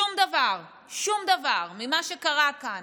שום דבר, שום דבר ממה שקרה כאן